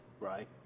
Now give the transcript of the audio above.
right